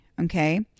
Okay